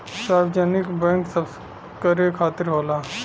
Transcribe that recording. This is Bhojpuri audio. सार्वजनिक बैंक सबकरे खातिर होला